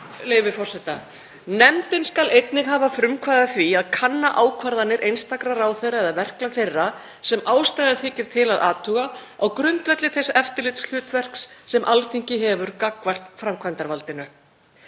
leyfi forseta: „Nefndin skal einnig hafa frumkvæði að því að kanna ákvarðanir einstakra ráðherra eða verklag þeirra sem ástæða þykir til að athuga á grundvelli þess eftirlitshlutverks sem Alþingi hefur gagnvart framkvæmdarvaldinu.